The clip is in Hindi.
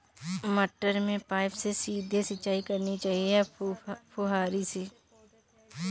मटर में पाइप से सीधे सिंचाई करनी चाहिए या फुहरी से?